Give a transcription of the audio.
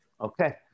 Okay